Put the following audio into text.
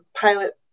pilot